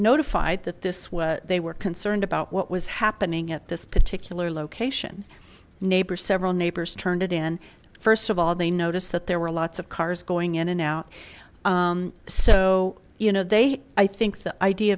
notified that this was they were concerned about what was happening at this particular location neighbor several neighbors turned it in first of all they noticed that there were lots of cars going in and out so you know they i think the idea